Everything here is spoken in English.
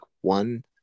one